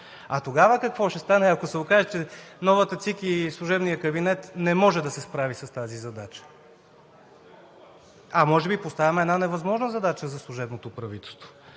А тогава какво ще стане, ако се окаже, че новата ЦИК и служебният кабинет не може да се справят с тази задача? (Реплики.) А може би поставяме една невъзможна задача за служебното правителство.